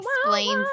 explains